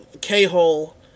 K-hole